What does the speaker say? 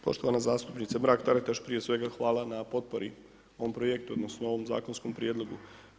Poštovana zastupnice Mrak Taritaš prije svega hvala na potpori u ovom projektu odnosno ovom zakonskom prijedlogu.